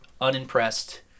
unimpressed